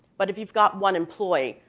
but if you've got one employee,